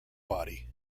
body